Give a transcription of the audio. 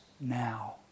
now